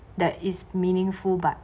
that is meaningful but